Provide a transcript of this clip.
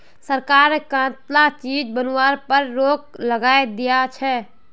सरकार कं कताला चीज बनावार पर रोक लगइं दिया छे